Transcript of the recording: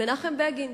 מנחם בגין.